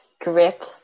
grip